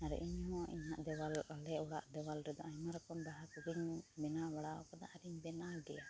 ᱟᱨ ᱤᱧᱦᱚᱸ ᱤᱧᱟ ᱜ ᱫᱮᱣᱟᱞ ᱟᱞᱮ ᱚᱲᱟᱜ ᱫᱚ ᱫᱮᱣᱟᱞ ᱨᱮᱫᱚ ᱟᱭᱢᱟ ᱨᱚᱠᱚᱢ ᱵᱟᱦᱟ ᱠᱚᱜᱮᱧ ᱵᱮᱱᱟᱣ ᱵᱟᱲᱟ ᱟᱠᱟᱫᱟ ᱟᱨᱤᱧ ᱵᱮᱱᱟᱣ ᱜᱮᱭᱟ